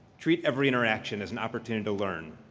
treat every interaction as an opportunity to learn.